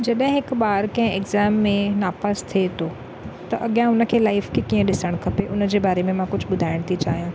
जॾहिं हिकु ॿारु कंहिं एग्ज़ाम में नापास थिए थो त अॻियां उनखे लाइफ खे कीअं ॾिसणु खपे उनजे बारे में मां कुझु ॿुधाइणु थी चाहियां